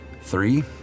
Three